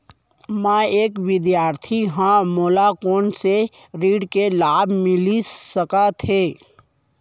मैं एक विद्यार्थी हरव, मोला कोन से ऋण के लाभ मिलिस सकत हे?